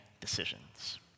decisions